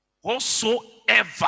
Whatsoever